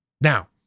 Now